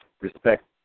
respect